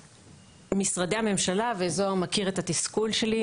משרדי הממשלה וזוהר מכיר את התסכול שלי,